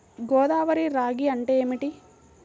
గోదావరి రాగి అంటే ఏమిటి?